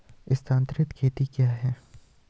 स्थानांतरित खेती क्या है?